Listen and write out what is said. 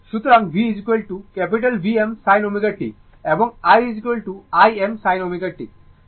সুতরাং v Vm sin ω t এবং I Im sin ω t